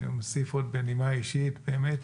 אני אוסיף עוד בנימה אישית, באמת,